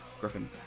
Griffin